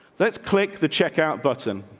let's click the checkout button.